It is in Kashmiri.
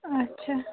اچھا